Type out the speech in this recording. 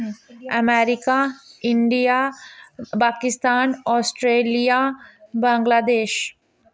America India Pakistan Australia Bangladesh